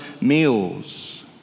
meals